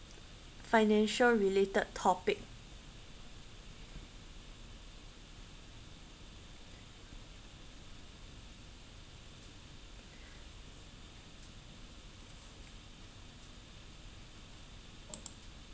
financial related topic